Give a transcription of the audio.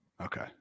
Okay